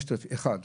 אחד,